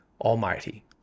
Almighty